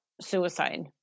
suicide